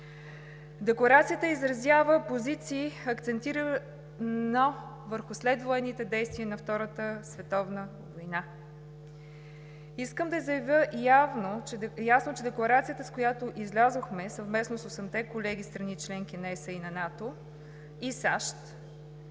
Декларацията изразява позиции акцентирано върху следвоенните действия на Втората световна война. Искам да заявява ясно, че Декларацията, с която излязохме съвместно с осемте колеги от страните – членки на Европейския